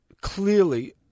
clearly